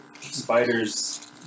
spider's